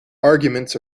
arguments